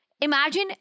Imagine